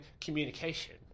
communication